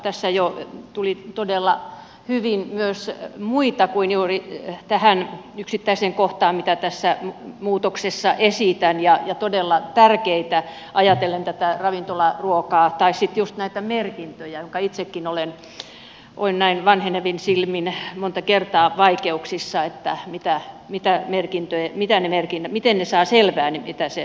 tässä jo tuli todella hyvin myös muuta kuin juuri tähän yksittäiseen kohtaan mitä tässä muutoksessa esitän ja todella tärkeää ajatellen tätä ravintolaruokaa tai sitten juuri näitä merkintöjä joissa itsekin olen näin vanhenevin silmin monta kertaa vaikeuksissa että mitä mitä merkintöjä mitään ennenkin miten saa selvää mitä se